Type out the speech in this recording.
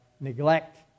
neglect